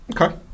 Okay